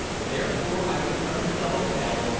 therefore i returned to the hotel,